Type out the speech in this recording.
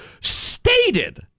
stated